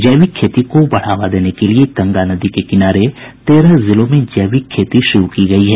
जैविक खेती को बढ़ावा देने के लिए गंगा नदी के किनारे तेरह जिलों में जैविक खेती शुरू की गयी है